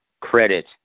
credit